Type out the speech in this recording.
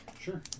sure